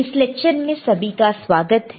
इस लेक्चर में सभी का स्वागत है